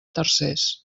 tercers